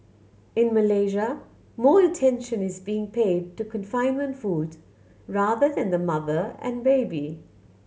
in Malaysia more attention is being paid to confinement food rather than the mother and baby